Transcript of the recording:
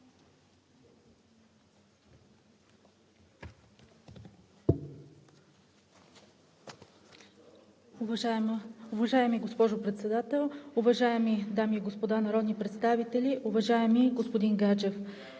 Благодаря, господин Председател! Уважаеми дами и господа народни представители, уважаеми господин Гечев!